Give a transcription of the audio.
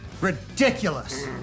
Ridiculous